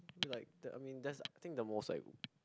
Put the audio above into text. like the I mean that's I think the most like